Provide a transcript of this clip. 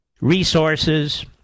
resources